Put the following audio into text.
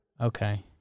Okay